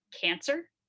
cancer